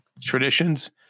traditions